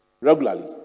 regularly